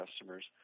customers